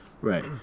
Right